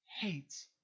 hates